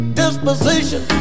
disposition